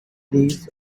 leaves